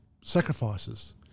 sacrifices